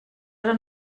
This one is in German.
oder